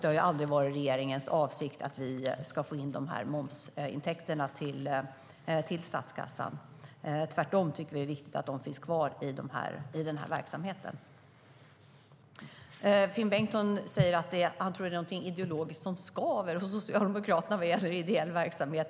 Det har aldrig varit regeringens avsikt att vi ska få in de här momsintäkterna till statskassan. Tvärtom tycker vi att det är viktigt att de finns kvar i den här verksamheten. Finn Bengtsson säger att han tror att det är något ideologiskt som skaver hos Socialdemokraterna vad gäller ideell verksamhet.